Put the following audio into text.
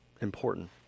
important